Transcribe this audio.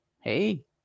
hey